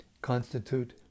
constitute